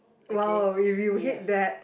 !wow! if you hit that